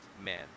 Man